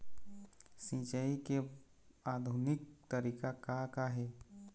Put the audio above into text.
सिचाई के आधुनिक तरीका का का हे?